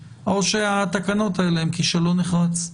או שהתקנות האלה הן כישלון נחרץ.